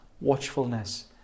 watchfulness